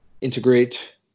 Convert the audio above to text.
integrate